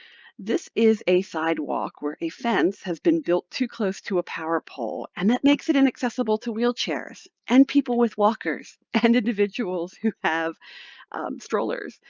this is a sidewalk where a fence has been built too close to a power pole. and that makes it inaccessible to wheelchairs, and people with walkers, and individuals who have strollers.